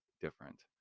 different